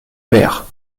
père